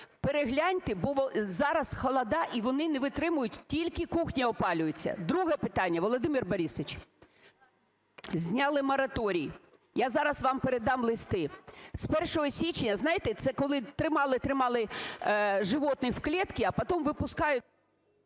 перегляньте, бо зараз холоди, і вони не витримують, тільки кухні опалюються. Друге питання, Володимире Борисовичу. Зняли мораторій. Я зараз вам передам листи. З 1 січня, знаєте, це коли тримали-тримали животных в клетке, а потом выпускают…